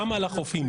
גם על החופים.